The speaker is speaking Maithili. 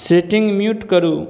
सेटिंग म्यूट करू